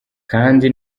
kandi